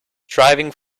driving